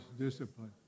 discipline